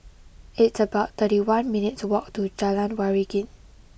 it's about thirty one minutes' walk to Jalan Waringin